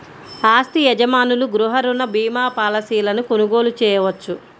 ఆస్తి యజమానులు గృహ రుణ భీమా పాలసీలను కొనుగోలు చేయవచ్చు